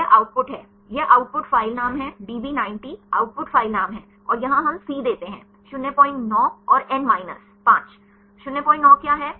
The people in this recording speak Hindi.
यह आउटपुट यह आउटपुट फ़ाइल नाम है डीबी 90 आउटपुट फ़ाइल नाम है और यहां हम सी देते हैं 09 और एन माइनस 5 09 क्या है